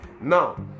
Now